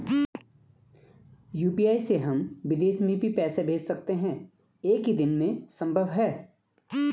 UPI से हम विदेश में भी पैसे भेज सकते हैं एक ही दिन में संभव है?